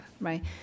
right